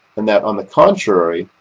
and that, on the contrary,